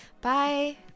Bye